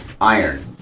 Iron